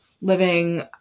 living